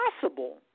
possible